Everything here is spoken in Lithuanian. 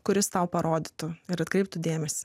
kuris tau parodytų ir atkreiptų dėmesį